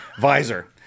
visor